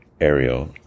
Ariel